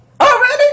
already